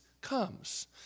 comes